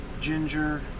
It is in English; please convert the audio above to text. ginger